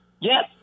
Yes